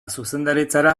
zuzendaritzara